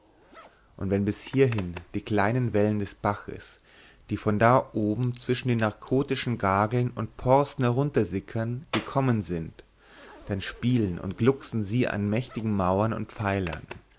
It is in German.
und wenn bis hierhin die kleinen wellen des baches die von da oben zwischen den narkotischen gageln und porsten heruntersickerten gekommen sind dann spielen und glucksen sie an mächtigen mauern und pfeilern